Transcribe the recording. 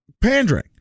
pandering